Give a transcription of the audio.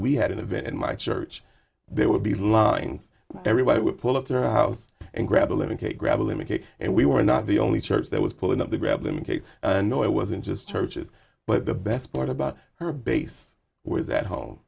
we had an event in my church there would be lines everybody would pull up to her house and grab eleven cake gravelly mckay and we were not the only church that was pulling up to grab them and know it wasn't just churches but the best part about her base with that home